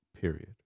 period